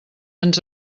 ens